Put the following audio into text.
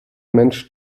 mensch